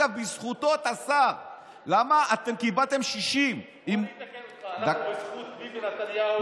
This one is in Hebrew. חבר הכנסת אבו שחאדה, פעם שנייה.